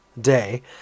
day